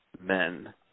men